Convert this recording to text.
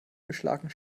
beschlagen